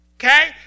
Okay